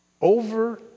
Over